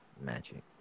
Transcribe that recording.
Magic